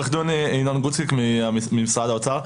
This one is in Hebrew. שמי עו"ד ינון גוטליק ממשרד האוצר.